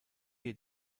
hier